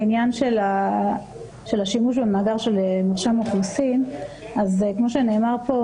לגבי השימוש במאגר מרשם אוכלוסין - כפי שנאמר פה,